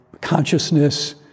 consciousness